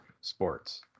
sports